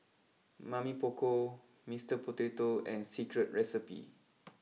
Mamy Poko Mr Potato and Secret Recipe